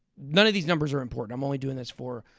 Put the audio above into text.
none of these numbers are important. i'm only doing this for